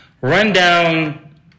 rundown